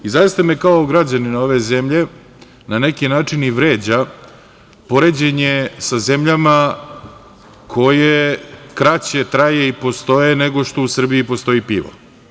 I zaista me kao građanina ove zemlje na neki način i vređa poređenje sa zemljama koje kraće traju i postoje nego što u Srbiji postoji pivo.